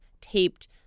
taped